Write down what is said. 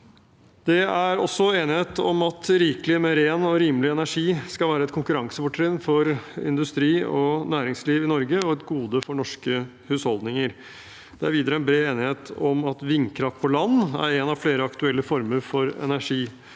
Det er også enighet om at rikelig med ren og rimelig energi skal være et konkurransefortrinn for industri og næringsliv i Norge og et gode for norske hus holdninger. Det er videre bred enighet om at vindkraft på land er en av flere aktuelle former for energiproduksjon